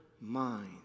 mind